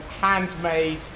handmade